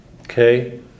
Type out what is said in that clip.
Okay